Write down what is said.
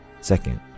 second